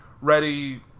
ready